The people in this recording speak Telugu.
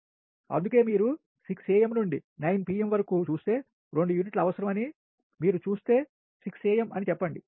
అందుకే మీరు 6 am నుండి 9 pm వరకు చూస్తే 2 యూనిట్లు అవసరం అని మీరు చూస్తే 6 am అని చెప్పండి